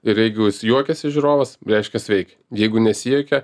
ir jeigu jis juokiasi žiūrovas reiškias veikia jeigu nesijuokia